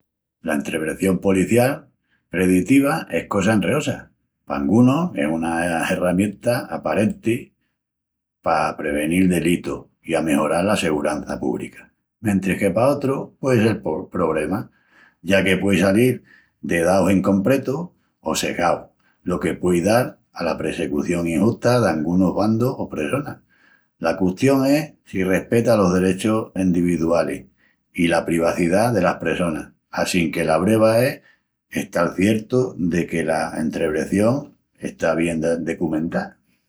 La entrevención policial preditiva es cosa enreosa. Pa angunus es una herramienta aparenti pa aprevenil delitus i amejoral la segurança púbrica. Mentris que pa otrus puei sel po... pobrema, ya que puei salil de daus incompretus o sesgaus, lo que puei dal ala pressecución injusta d'angunus bandus o pressonas. La custión es si respeta los derechus endividualis i la privacidá delas pressonas. Assinque la breva es estal ciertus de que la entrevención está bien decumentá.